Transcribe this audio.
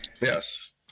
yes